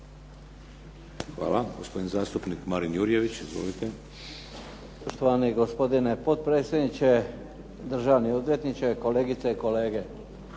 Hvala. Gospodin zastupnik Marin Jurjević. Izvolite. **Jurjević, Marin (SDP)** Poštovani gospodine potpredsjedniče, državni odvjetniče, kolegice i kolege.